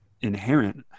inherent